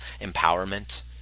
empowerment